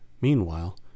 meanwhile